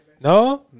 No